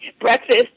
breakfast